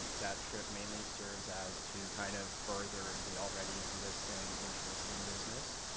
that trip mainly serves as to kind of further the already existing interest in business.